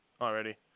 already